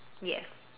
yes